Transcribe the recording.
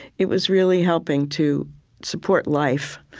it was really helping to support life,